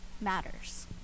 matters